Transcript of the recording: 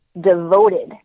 devoted